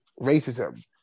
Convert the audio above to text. racism